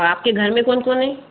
और आपके घर में कौन कौन है